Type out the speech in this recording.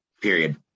period